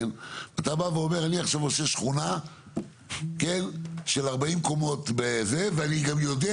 אתה בא ואומר אני עכשיו עושה שכונה של 40 קומות ואני גם יודע,